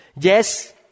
Yes